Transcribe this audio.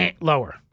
Lower